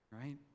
right